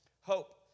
hope